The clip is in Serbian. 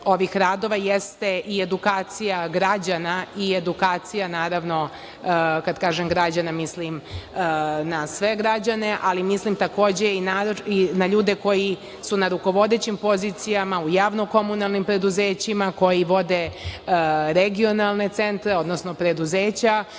ovih radova, jeste i edukacija građana, kad kažem građana mislim na sve građane, ali mislim i na ljude koji su na rukovodećim pozicijama u javno-komunalnim preduzećima koji vode regionalne centre odnosno preduzeća,